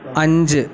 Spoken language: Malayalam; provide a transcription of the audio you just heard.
അഞ്ച്